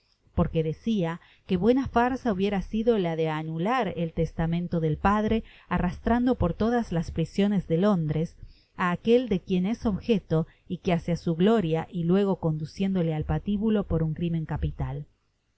porque decia que buena farza hubiera sido la de anular el testamento del padre arrastrando por todas las prisiones de londres áaquel de quien es objeto y que hacia su gloria y luego conduciéndole al patibulo por un crimen capital